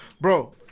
Bro